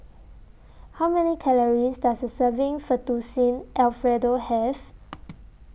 How Many Calories Does A Serving Fettuccine Alfredo Have